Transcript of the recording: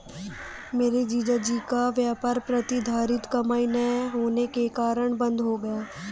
मेरे जीजा जी का व्यापार प्रतिधरित कमाई ना होने के कारण बंद हो गया